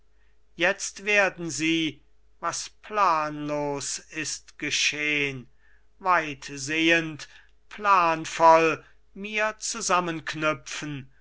jetzt werden sie was planlos ist geschehn weitsehend planvoll mir zusammenknüpfen